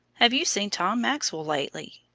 have you seen tom maxwell lately?